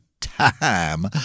time